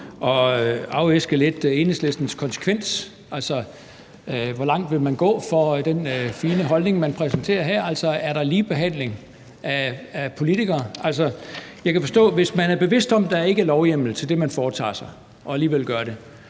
at afæske Enhedslisten et svar om konsekvens, altså hvor langt man vil gå, i forhold til den fine holdning man præsenterer her? Er der ligebehandling af politikere? Jeg kan forstå, at hvis man er bevidst om, at der ikke er lovhjemmel til det, man foretager sig, og alligevel gør det,